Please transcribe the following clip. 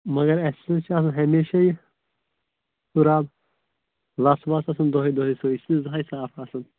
مگر اسہِ نِش چھ آسان ہمیشہٕ یہِ رَب لژھ وژھ آسان دۄہَے دۄہَے سۄے أسۍ چھ زٕہٕنٛہے صاف آسان